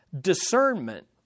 Discernment